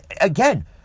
Again